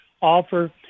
offer